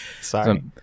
Sorry